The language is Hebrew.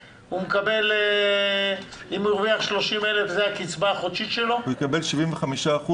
הוא הרוויח 30,000 הקצבה החודשית שלו היא 75%?